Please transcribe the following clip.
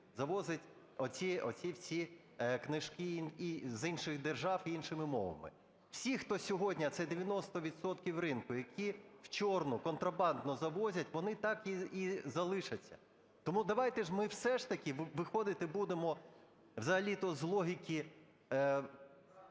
завозить оці всі книжки з інших держав і іншими мовами. Всі, хто сьогодні, а це 90 відсотків ринку, які вчорну, контрабандно завозять, вони так і залишаться. Тому давайте ми все ж таки виходити будемо взагалі-то з логіки…